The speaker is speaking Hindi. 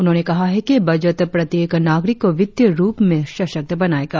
उन्होंने कहा है कि बजट प्रत्येक नागरिक को वित्तीय रुप में सशक्त बनाएगा